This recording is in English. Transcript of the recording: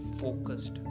focused